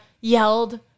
yelled